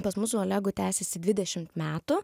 pas mus su olegu tęsėsi dvidešimt metų